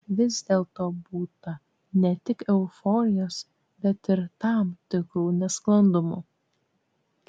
vis dėlto būta ne tik euforijos bet ir tam tikrų nesklandumų